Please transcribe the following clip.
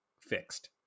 fixed